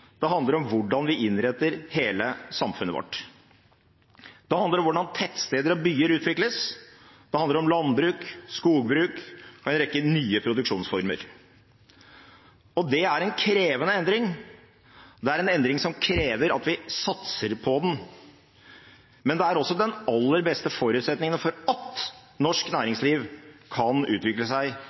det handler om hvordan vi innretter hele samfunnet vårt. Det handler om hvordan tettsteder og byer utvikles, det handler om landbruk, skogbruk og en rekke nye produksjonsformer. Det er en krevende endring – det er en endring som krever at vi satser på den. Men det er også den aller beste forutsetningen for at norsk næringsliv kan utvikle seg